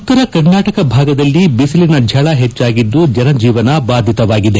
ಉತ್ತರ ಕರ್ನಾಟಕ ಭಾಗದಲ್ಲಿ ಬಿಸಿಲಿನ ಝಳ ಹೆಚ್ಚಾಗಿದ್ದು ಜನ ಜೀವನ ಬಾಧಿತವಾಗಿದೆ